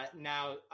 Now